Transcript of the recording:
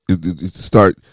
start